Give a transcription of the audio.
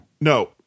No